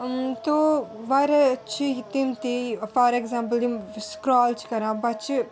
تہٕ واریاہ چھِ تِم تہِ یہِ فار اؠگزامپُل یِم سِکرٛال چھِ کران بَچہِ